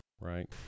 Right